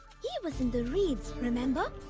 he was in the reeds, remember?